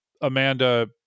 Amanda